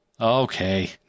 Okay